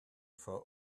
for